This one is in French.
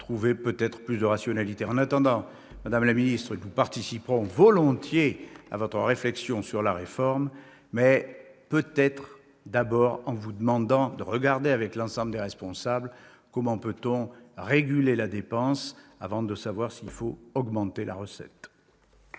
trouver, peut-être, plus de rationalité. En attendant, madame la ministre, nous participerons volontiers à votre réflexion sur la réforme. Nous vous demanderons seulement de réfléchir avec l'ensemble des responsables aux moyens de réguler la dépense avant de déterminer s'il faut augmenter la recette.